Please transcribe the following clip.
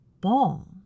ball